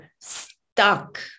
stuck